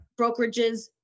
brokerages